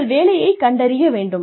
உங்கள் வேலையை கண்டறிய வேண்டும்